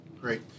Great